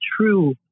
true